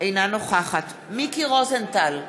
אינה נוכחת מיקי רוזנטל,